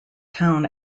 town